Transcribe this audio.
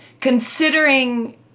considering